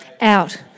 out